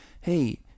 hey